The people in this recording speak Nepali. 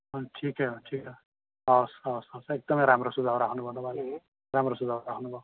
ठिकै हो ठिकै हो हवस् हवस् हजुर एकदमै राम्रो सुझाउ राख्नुभयो तपाईँले राम्रो सुझाउ राख्नुभयो